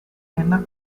enak